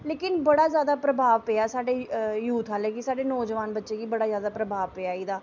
लेकिन बड़ा जैदा प्रभाव पेआ साढ़े यूथ आह्ले गी साढ़े नौजुआन बच्चें गी बड़ा जैदा प्रभाव पेआ एह्दा